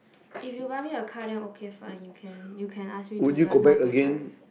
if you buy me a car then okay fine you can you can ask me to learn how to drive